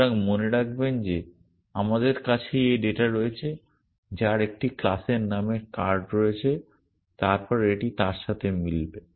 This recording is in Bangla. সুতরাং মনে রাখবেন যে আমাদের কাছে এই ডেটা রয়েছে যার একটি ক্লাসের নাম কার্ড রয়েছে তারপর এটি তার সাথে মিলবে